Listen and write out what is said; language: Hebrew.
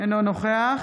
אינו נוכח